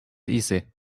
easy